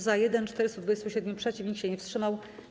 Za - 1, 427 - przeciw, nikt się nie wstrzymał.